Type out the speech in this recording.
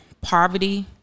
Poverty